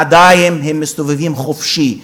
עדיין הם מסתובבים חופשי.